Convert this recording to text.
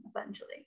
essentially